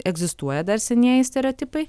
egzistuoja dar senieji stereotipai